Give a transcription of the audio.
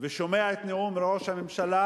מי ששומע את נאום ראש הממשלה,